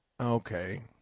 Okay